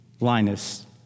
Linus